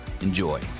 Enjoy